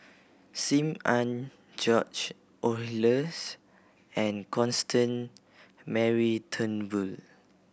Sim Ann George Oehlers and Constant Mary Turnbull